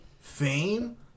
fame